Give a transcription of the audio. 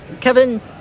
Kevin